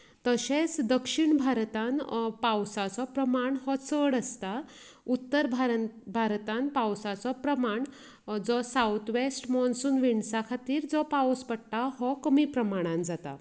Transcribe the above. तशेंच दक्षीण भारतांत पावसाचो प्रमाण हे चड आसता उत्तर भारतांत पावसाचो प्रमाण जो साऊथ वेस्ट मनसून विन्डसा खातीर जो पावस पडटा हो कमी प्रमाणांत जाता